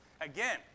Again